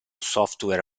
software